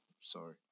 Sorry